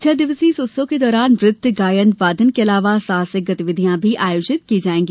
छह दिवसीय इस उत्सव के दौरान नृत्य गायन वादन के अलावा साहसिक गतिविधियां भी आयोजित की जायेंगी